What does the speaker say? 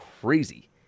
crazy